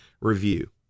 review